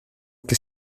que